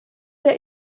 der